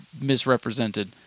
misrepresented